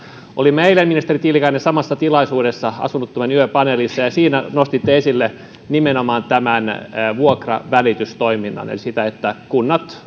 olimme eilen ministeri tiilikainen samassa tilaisuudessa asunnottomien yön paneelissa ja siinä nostitte esille nimenomaan tämän vuokravälitystoiminnan eli sen että kunnat